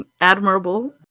admirable